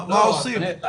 מה עושים?